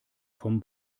vom